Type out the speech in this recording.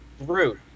Rude